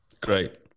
Great